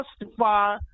justify